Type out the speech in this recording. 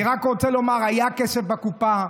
אני רק רוצה לומר, היה כסף בקופה.